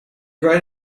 right